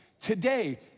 today